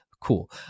cool